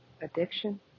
Addiction